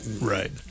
right